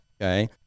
okay